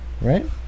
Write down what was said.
right